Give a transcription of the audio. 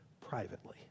privately